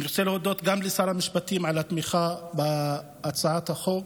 אני רוצה להודות גם לשר המשפטים על התמיכה בהצעת החוק,